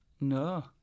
no